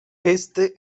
este